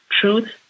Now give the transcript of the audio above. truth